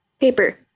Paper